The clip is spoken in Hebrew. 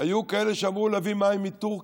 היו כאלה שאמרו להביא מים מטורקיה.